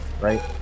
right